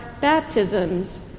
baptisms